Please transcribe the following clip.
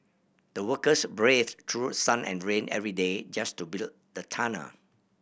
the workers braved through sun and rain every day just to build the tunnel